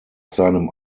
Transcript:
seinem